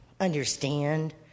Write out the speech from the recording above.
understand